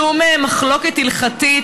שום מחלוקת הלכתית.